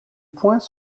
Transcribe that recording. points